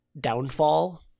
downfall